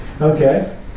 Okay